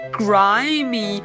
,grimy